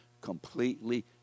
completely